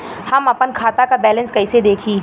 हम आपन खाता क बैलेंस कईसे देखी?